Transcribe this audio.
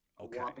Okay